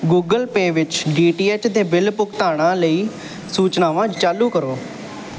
Google Pay ਵਿੱਚ DTH ਦੇ bill ਭੁਗਤਾਨਾਂ ਲਈ ਸੂਚਨਾਵਾਂ ਚਾਲੂ ਕਰੋ